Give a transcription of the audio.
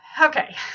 Okay